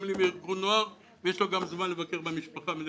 גם לארגון נוער ויש לו גם זמן לבקר את המשפחה לפעמים.